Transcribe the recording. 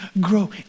Grow